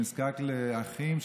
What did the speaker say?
שנזקק לאחים,